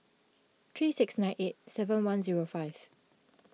three six nine eight seven one zero five